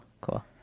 cool